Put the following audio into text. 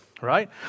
right